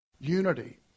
unity